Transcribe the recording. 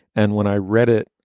and when i read it,